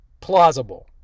plausible